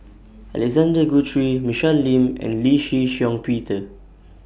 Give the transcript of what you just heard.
Alexander Guthrie Michelle Lim and Lee Shih Shiong Peter